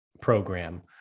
program